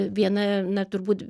viena na turbūt